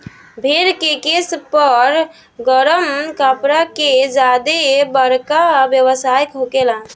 भेड़ के केश पर गरम कपड़ा के ज्यादे बरका व्यवसाय होखेला